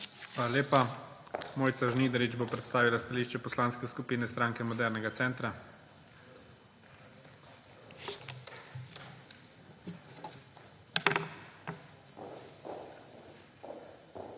Hvala lepa. Mojca Žnidarič bo predstavila stališče Poslanske skupine Stranke modernega centra. MOJCA